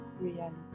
reality